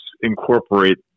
incorporate